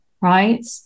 right